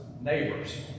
neighbors